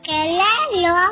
Hello